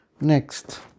Next